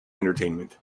entertainment